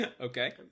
Okay